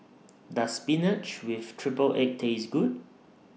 Does Spinach with Triple Egg Taste Good